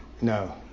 No